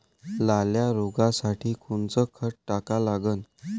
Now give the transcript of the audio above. लाल्या रोगासाठी कोनचं खत टाका लागन?